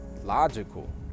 Logical